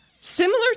similar